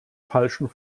falschen